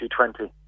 2020